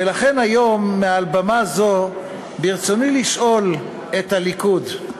ולכן היום, מעל במה זו, ברצוני לשאול את הליכוד: